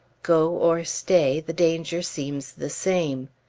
go or stay, the danger seems the same.